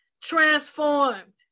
transformed